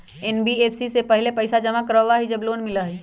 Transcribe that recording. NBFC पहले पईसा जमा करवहई जब लोन मिलहई?